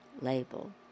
label